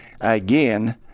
Again